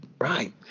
Right